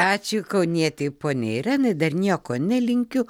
ačiū kaunietei poniai irenai dar nieko nelinkiu